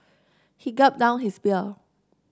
he gulped down his beer